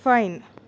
fine